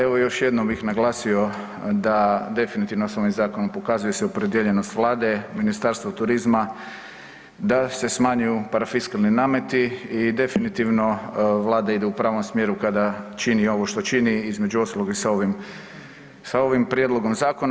Evo još jednom bih naglasio da definitivno s ovim zakonom pokazuje se opredijeljenost vlade, Ministarstva turizma da se smanjuju parafiskalni nameti i definitivno vlada ide u pravom smjeru kada čini ovo što čini, između ostalog i sa ovim, sa ovim prijedlogom zakona.